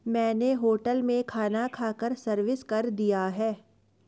मैंने होटल में खाना खाकर सर्विस कर दिया है